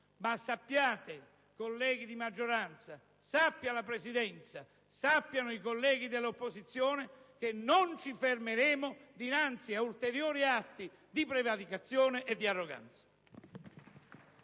ma sappiate, colleghi di maggioranza, sappia la Presidenza, sappiano i colleghi dell'opposizione che non ci fermeremo dinanzi ad ulteriori atti di prevaricazione e di arroganza.